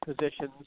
positions